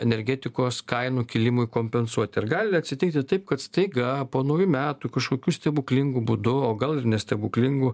energetikos kainų kilimui kompensuoti ir gali atsitikti taip kad staiga po naujų metų kažkokių stebuklingu būdu o gal ir ne stebuklingu